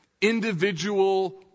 individual